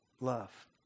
love